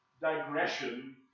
digression